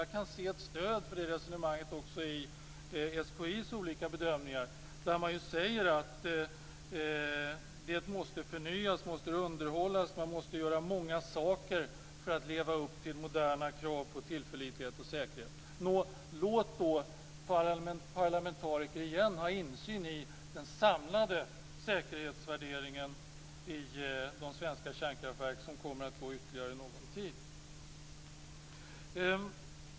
Det finns ett stöd för det resonemanget i SKI:s olika bedömningar där det sägs att det måste förnyas, det måste underhållas och det måste göras många saker om man skall leva upp till moderna krav på tillförlitlighet och säkerhet. Nå, låt då parlamentariker få insyn i den samlade säkerhetsvärderingen när det gäller de svenska kärnkraftverk som kommer att vara i drift ytterligare någon tid!